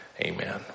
Amen